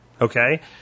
Okay